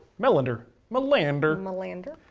mallender, mallender. mallender.